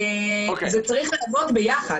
זה צריך לעבוד ביחד.